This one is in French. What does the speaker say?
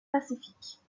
pacifiques